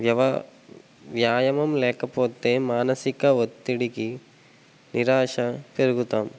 వ్యాయామం లేకపోతే మానసిక ఒత్తిడికి నిరాశ పెరుగుతాం